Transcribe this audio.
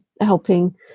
helping